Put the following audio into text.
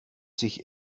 sich